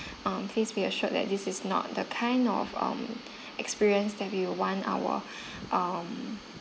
um please be assured that this is not the kind of um experience that we want our um